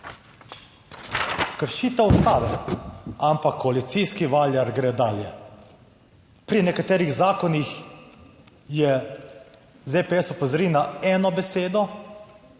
Kršitev ustave! Ampak koalicijski valjar gre dalje. Pri nekaterih zakonih je ZPS opozoril na eno besedo,